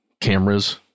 cameras